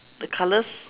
the colours